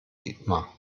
dietmar